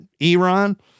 Iran